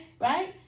right